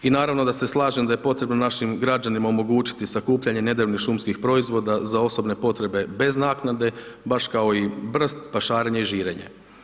I naravno da se slažem da je potrebno našim građanima omogućiti sakupljanje nedrvnih šumskih proizvoda za osobne potrebe bez naknade, baš kao i brst, pašarenje i žirenje.